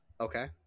Okay